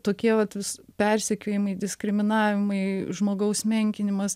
tokie vat vis persekiojimai diskriminavimai žmogaus menkinimas